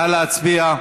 נא להצביע.